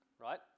right